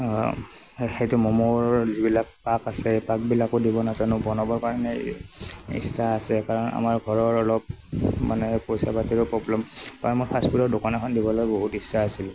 সে সেইটো ম'ম'ৰ যিবিলাক পাক আছে পাক বিলাকো দিব নাজানোঁ বনাবৰ কাৰণে ইচ্ছা আছে কাৰণ আমাৰ ঘৰৰ অলপ মানে পইচা পাতিৰো প্ৰবলেম বা মোৰ ফাষ্টফুডৰ দোকান এখন দিবলৈ বহুত ইচ্ছা আছিল